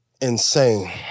insane